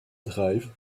drive